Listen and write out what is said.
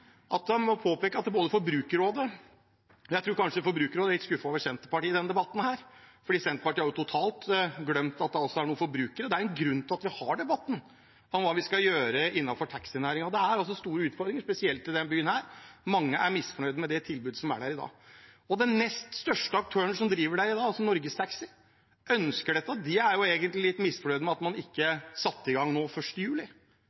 og dem som er etablert, at de ønsker å fortsette å ha det som man har hatt det. Jeg tror Forbrukerrådet kanskje er litt skuffet over Senterpartiet i denne debatten, fordi Senterpartiet har totalt glemt at det er forbrukere. Det er en grunn til at vi har debatten om hva vi skal gjøre innenfor taxinæringen. Det er store utfordringer, spesielt i denne byen. Mange er misfornøyd med det tilbudet som er der i dag. Den nest største aktøren som driver der i dag, Norgestaxi, ønsker dette. De er egentlig litt misfornøyd med at man ikke satte i gang nå 1. juli.